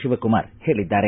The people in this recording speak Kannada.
ಶಿವಕುಮಾರ್ ಹೇಳಿದ್ದಾರೆ